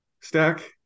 stack